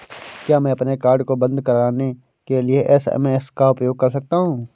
क्या मैं अपने कार्ड को बंद कराने के लिए एस.एम.एस का उपयोग कर सकता हूँ?